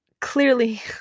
clearly